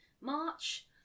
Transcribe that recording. march